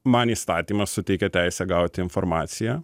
man įstatymas suteikia teisę gauti informaciją